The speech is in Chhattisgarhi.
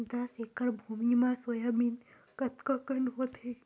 दस एकड़ भुमि म सोयाबीन कतका कन होथे?